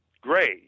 gray